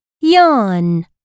yawn